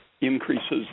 increases